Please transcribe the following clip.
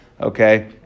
Okay